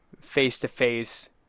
face-to-face